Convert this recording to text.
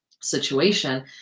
situation